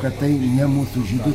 kad tai ne mūsų žydų